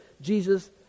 Jesus